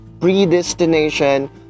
predestination